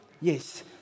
Yes